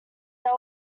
they